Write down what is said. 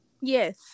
Yes